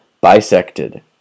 Bisected